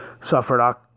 suffered